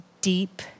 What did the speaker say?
deep